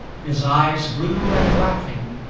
his eyes blue and laughing,